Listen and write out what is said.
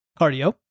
cardio